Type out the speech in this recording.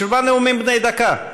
בשביל מה נאומים בני דקה?